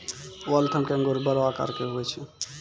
Waltham के अंगूर बड़ो आकार के हुवै छै